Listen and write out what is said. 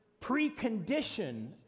precondition